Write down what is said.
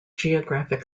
geographic